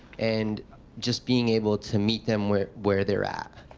and just being able to meet them where where they're at.